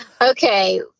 Okay